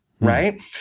right